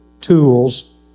tools